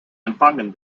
empfangen